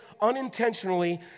unintentionally